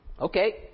Okay